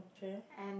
okay